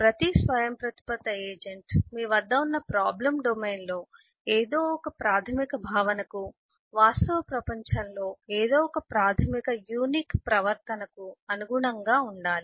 ప్రతి స్వయంప్రతిపత్త ఏజెంట్ మీ వద్ద ఉన్న ప్రాబ్లం డొమైన్లో ఏదో ఒక ప్రాథమిక భావనకు వాస్తవ ప్రపంచంలో ఏదో ఒక ప్రాథమిక యూనిక్ ప్రవర్తనకు అనుగుణంగా ఉండాలి